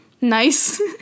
Nice